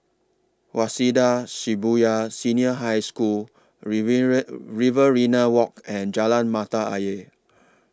Waseda Shibuya Senior High School Riverina Walk and Jalan Mata Ayer